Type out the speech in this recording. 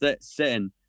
sitting